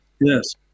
yes